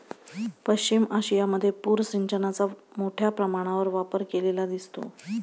पश्चिम आशियामध्ये पूर सिंचनाचा मोठ्या प्रमाणावर वापर केलेला दिसतो